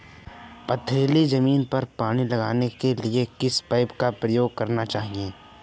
पथरीली ज़मीन पर पानी लगाने के किस पाइप का प्रयोग किया जाना चाहिए?